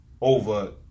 over